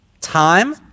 time